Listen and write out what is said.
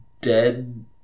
dead